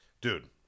Dude